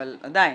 אבל עדיין,